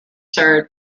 served